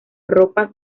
ropas